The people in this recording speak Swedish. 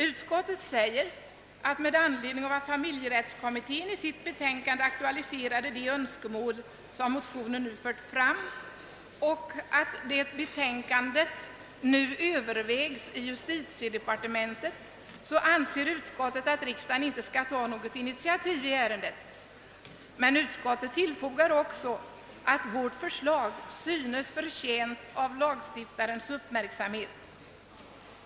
Utskottet uttalar med anledning av att familjerättskommittén i sitt betänkande aktualiserade det önskemål, som nu förs fram i motionen, och med hänsyn till att betänkandet nu övervägs i justitiedepartementet, att riksdagen inte bör ta något initiativ i ärendet. Utskottet tillfogar emellertid också att vårt förslag »synes förtjänt av lagstiftarens uppmärksamhet».